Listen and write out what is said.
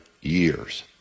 years